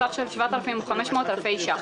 בסך של 7,500 אלפי ש"ח.